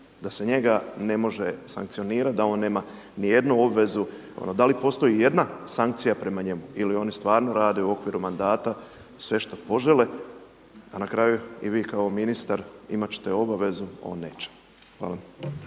da se njega ne može sankcionirati, da on nema ni jednu obvezu, ono da li postoji i jedna sankcija prema njemu ili oni stvarno rade u okviru mandata sve što požele a na kraju i vi kao ministar imati ćete obavezu, on neće.